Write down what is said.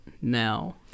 now